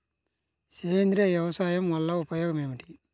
సేంద్రీయ వ్యవసాయం వల్ల ఉపయోగం ఏమిటి?